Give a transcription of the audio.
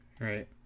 Right